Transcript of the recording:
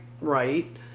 right